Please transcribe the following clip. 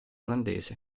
olandese